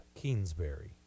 Kingsbury